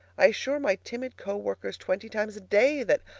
i assure my timid co-workers twenty times a day that,